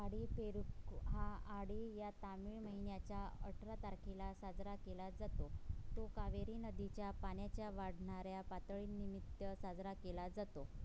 आडीपेरूक्कू हा आडी या तमिळ महिन्याच्या अठरा तारखेला साजरा केला जातो तो कावेरी नदीच्या पाण्याच्या वाढणाऱ्या पातळीनिमित्त साजरा केला जातो